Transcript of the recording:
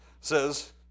says